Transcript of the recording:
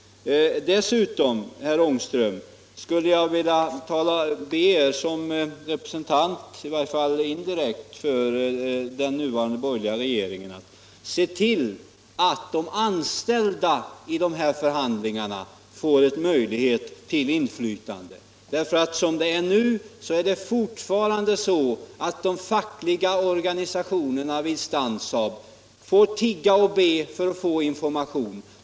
Dessutom vill jag be herr Ångström att i egenskap av representant för den nuvarande borgerliga regeringen — i varje fall indirekt — se till att de anställda verkligen får ett inflytande vid förhandlingarna. Nu är det ofta så att de fackliga organisationerna vid Stansaab får tigga och be för att få information.